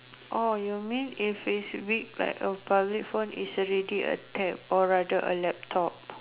oh you mean if is big like a public phone is already a tab or rather a laptop